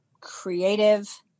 creative